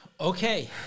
Okay